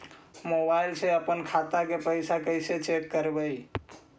Mobile से अपन खाता के पैसा कैसे चेक करबई?